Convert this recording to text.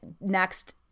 next